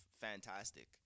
fantastic